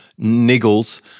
niggles